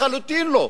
לחלוטין לא,